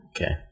Okay